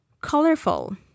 Colorful